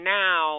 now